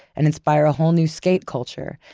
and inspire a whole new skate culture.